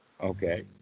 Okay